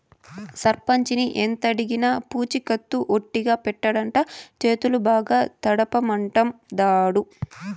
సర్పంచిని ఎంతడిగినా పూచికత్తు ఒట్టిగా పెట్టడంట, చేతులు బాగా తడపమంటాండాడు